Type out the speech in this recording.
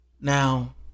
now